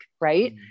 right